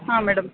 ಹಾಂ ಮೇಡಮ್